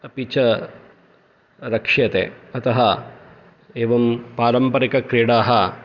अपि च रक्ष्यते अतः एवं पारम्परिकक्रीडाः